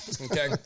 okay